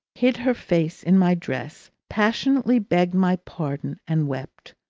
hid her face in my dress, passionately begged my pardon, and wept.